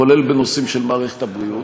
כולל בנושאים של מערכת הבריאות.